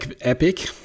epic